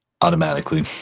automatically